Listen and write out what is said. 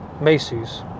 Macy's